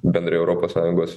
bendrai europos sąjungos